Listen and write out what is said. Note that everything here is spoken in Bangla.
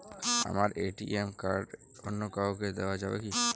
আমার এ.টি.এম কার্ড অন্য কাউকে দেওয়া যাবে কি?